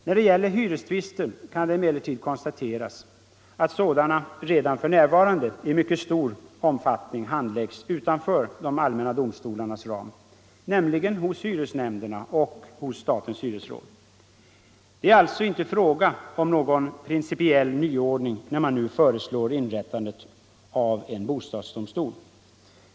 När det gäller hyrestvister kan det emellertid konstateras att sådana redan för närvarande i mycket stor omfattning handläggs utanför de allmänna domstolarnas ram, nämligen hos hyresnämnderna och hos statens hyresråd. Det är alltså inte fråga om någon principiell nyordning när man nu föreslår inrättandet av en bostadsdomstol.